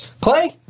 Clay